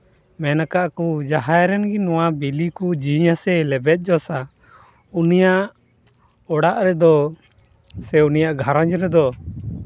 ᱢᱮᱱ ᱟᱠᱫ ᱟᱠᱚ ᱡᱟᱦᱟᱸᱭ ᱨᱮᱱ ᱜᱮ ᱱᱚᱣᱟ ᱵᱤᱞᱤ ᱠᱚ ᱡᱤ ᱭᱟᱥᱮ ᱞᱮᱵᱮᱫ ᱡᱚᱥᱟ ᱩᱱᱤᱭᱟᱜ ᱚᱲᱟᱜ ᱨᱮᱫᱚ ᱥᱮ ᱩᱱᱤᱭᱟᱜ ᱜᱷᱟᱨᱚᱸᱡᱽ ᱨᱮᱫᱚ